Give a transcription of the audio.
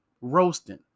roasting